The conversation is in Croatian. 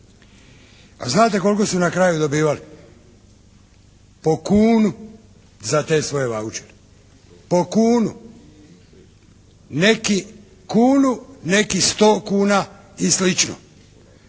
A znate koliko su na kraju dobivali? Po kunu za te svoje vaučere. Po kunu. Neki kunu, neki sto kuna i